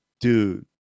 dude